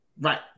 Right